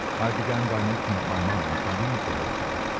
i began by making up my mind to leave the hotel,